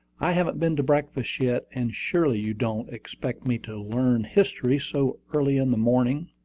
i haven't been to breakfast yet and surely you don't expect me to learn history so early in the morning.